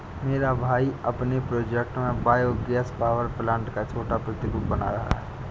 मेरा भाई अपने प्रोजेक्ट में बायो गैस पावर प्लांट का छोटा प्रतिरूप बना रहा है